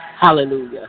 Hallelujah